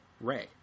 Ray